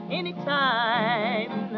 anytime